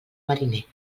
mariner